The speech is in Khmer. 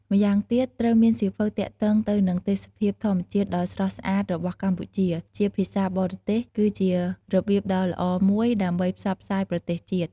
ម៉្យាងទៀតត្រូវមានសៀវភៅទាក់ទងទៅនឹងទេសភាពធម្មជាតិដ៏ស្រស់ស្អាតរបស់កម្ពុជា ជាភាសាបរទេស គឺជារបៀបដ៏ល្អមួយដើម្បីផ្សព្វផ្សាយប្រទេសជាតិ។